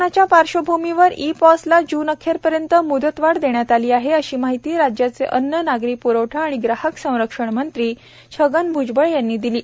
कोरोनाच्या पार्श्वभूमीवर e POS ला जून अखेरपर्यंत मुदतवाढ देण्यात आली आहे अशी माहिती राज्याचे अन्न नागरी प्रवठा आणि ग्राहक संरक्षण मंत्री छगन भ्जबळ यांनी दिला आहे